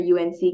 UNC